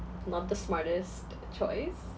not the smartest choice